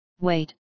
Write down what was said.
wait